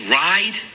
ride